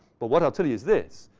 but what i'll tell you is this.